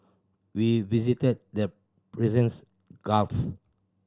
we visited the Persians Gulf